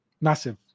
massive